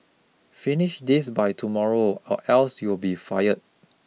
finish this by tomorrow or else you'll be fired